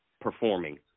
performing